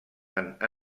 tant